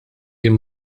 kien